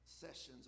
sessions